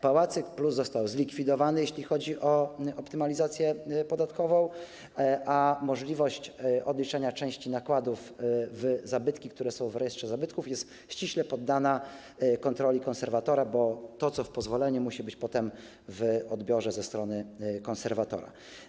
Pałacyk+ został zlikwidowany, jeśli chodzi o optymalizację podatkową, a możliwość odliczania części nakładów na zabytki, które są w rejestrze zabytków, jest ściśle poddana kontroli konserwatora, bo to, co jest w pozwoleniu, musi być potem w odbiorze ze strony konserwatora.